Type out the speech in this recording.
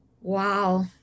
wow